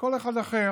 כל אחד אחר.